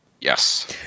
yes